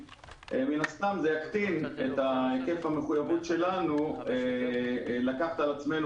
מן הסתם זה יקטין את היקף המחויבות שלנו לקחת על עצמנו